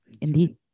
Indeed